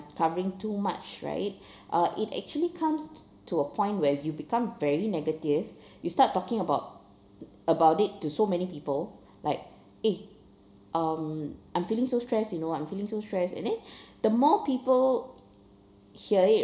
covering too much right uh it actually comes t~ to a point where you become very negative you start talking about about it to so many people like eh um I'm feeling so stressed you know I'm feeling so stressed and then the more people hear it